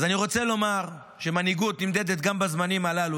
אז אני רוצה לומר שמנהיגות נמדדת גם בזמנים הללו,